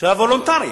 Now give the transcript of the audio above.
שיהיה וולונטרי.